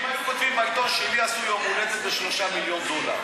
נראה לך סביר שאם היו כותבים בעיתון שלי עשו יום הולדת ב-3 מיליון דולר,